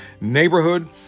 neighborhood